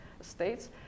states